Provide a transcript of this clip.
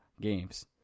games